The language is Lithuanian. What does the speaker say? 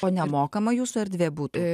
o nemokama jūsų erdvė būtų